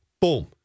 Boom